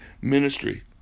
ministry